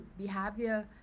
behavior